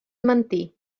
mentir